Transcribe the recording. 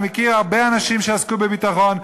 אני מכיר הרבה אנשים שעסקו בביטחון,